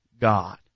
God